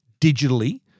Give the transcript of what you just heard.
digitally